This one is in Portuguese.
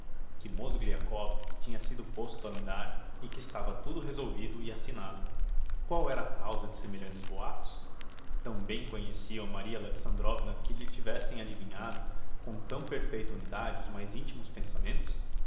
que o mozgliakov tinha sido posto a andar e que estava tudo resolvido e assignado qual era a causa de semelhantes boatos tão bem conheciam maria alexandrovna que lhe tivessem adivinhado com tão perfeita unidade os mais intimos pensamentos